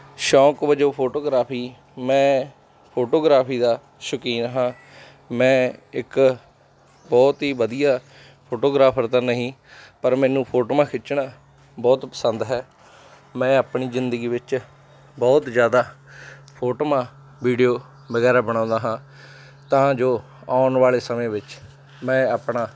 ਸ਼ੌਕ ਵਜੋਂ ਫੋਟੋਗ੍ਰਾਫੀ ਮੈਂ ਫੋਟੋਗ੍ਰਾਫੀ ਦਾ ਸ਼ੌਕੀਨ ਹਾਂ ਮੈਂ ਇੱਕ ਬਹੁਤ ਹੀ ਵਧੀਆ ਫੋਟੋਗ੍ਰਾਫਰ ਤਾਂ ਨਹੀਂ ਪਰ ਮੈਨੂੰ ਫੋਟੋਆਂ ਖਿੱਚਣਾ ਬਹੁਤ ਪਸੰਦ ਹੈ ਮੈਂ ਆਪਣੀ ਜ਼ਿੰਦਗੀ ਵਿੱਚ ਬਹੁਤ ਜ਼ਿਆਦਾ ਫੋਟੋਆਂ ਵੀਡੀਓ ਵਗੈਰਾ ਬਣਾਉਂਦਾ ਹਾਂ ਤਾਂ ਜੋ ਆਉਣ ਵਾਲੇ ਸਮੇਂ ਵਿੱਚ ਮੈਂ ਆਪਣਾ